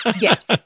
Yes